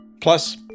Plus